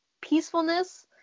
peacefulness